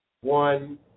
one